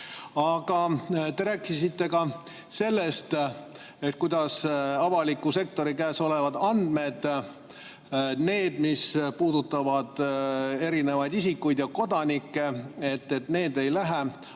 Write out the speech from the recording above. Aga te rääkisite ka sellest, kuidas avaliku sektori käes olevad andmed – need, mis puudutavad erinevaid isikuid ja kodanikke – ei muutu